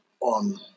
on